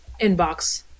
inbox